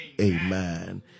Amen